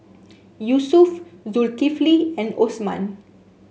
Yusuf Zulkifli and Osman